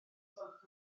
gwelwch